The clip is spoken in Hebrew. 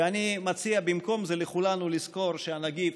ואני מציע במקום זה לכולנו לזכור שהנגיף